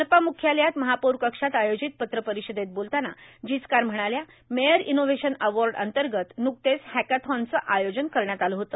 मनपा म्ख्यालयात महापौर कक्षात आयोजित पत्रपरिषदेत बोलताना जिचकार म्हणाल्या मेअर इनोव्हेशन अवॉर्ड अंतर्गत न्कतेच हॅकॉथॉनचं आयोजन करण्यात आलं होत